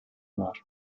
var